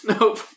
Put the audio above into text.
Nope